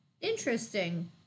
interesting